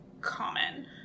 common